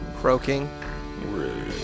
Croaking